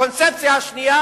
הקונספציה השנייה